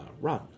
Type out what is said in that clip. run